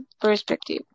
perspective